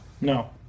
No